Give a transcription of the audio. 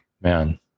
man